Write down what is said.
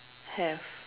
have